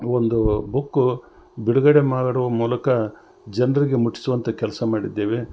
ಒಂದು ಬುಕ್ಕು ಬಿಡುಗಡೆ ಮಾಡುವ ಮೂಲಕ ಜನರಿಗೆ ಮುಟ್ಸುವಂಥ ಕೆಲಸ ಮಾಡಿದ್ದೇವೆ